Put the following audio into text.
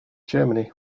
germany